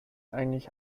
eigentlich